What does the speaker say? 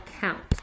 count